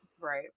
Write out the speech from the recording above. Right